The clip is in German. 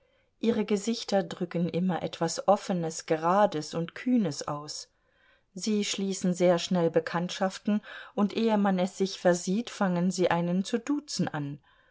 ihre gesichter drücken immer etwas offenes gerades und kühnes aus sie schließen sehr schnell bekanntschaften und ehe man es sich versieht fangen sie einen zu duzen an